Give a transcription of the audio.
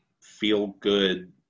feel-good